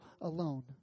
alone